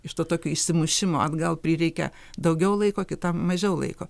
iš to tokio išsimušimo atgal prireikia daugiau laiko kitam mažiau laiko